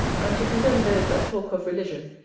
and to condemn those that talk of religion,